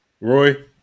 Roy